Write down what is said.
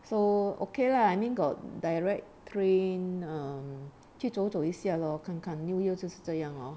so okay lah I mean got direct train err 去走走一下咯看看 new year 就是这样哦